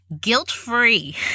guilt-free